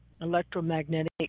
electromagnetic